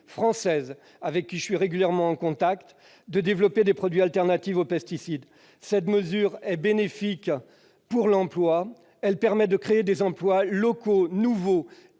françaises avec lesquelles je suis régulièrement en contact de développer des produits alternatifs aux pesticides. Elle est bénéfique pour l'emploi, puisqu'elle permet de créer des emplois locaux nouveaux